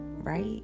right